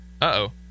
Uh-oh